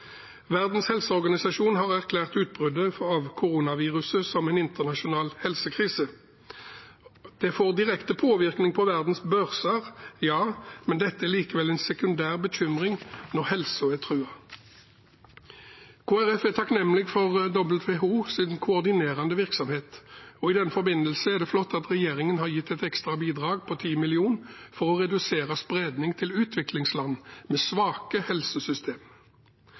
Verdens helseorganisasjon har erklært utbruddet av koronaviruset som en internasjonal helsekrise. Det får direkte påvirkning på verdens børser, men dette er likevel en sekundær bekymring når helsen er truet. Kristelig Folkeparti er takknemlig for WHOs koordinerende virksomhet. I den forbindelse er det flott at regjeringen har gitt et ekstra bidrag på 10 mill. kr for å redusere spredning til utviklingsland med svake